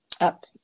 up